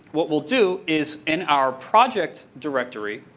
what we'll do is in our project directory,